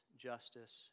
justice